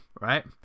right